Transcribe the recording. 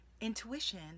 Intuition